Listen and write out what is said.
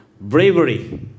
bravery